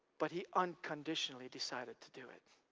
but he unconditionally decided to do it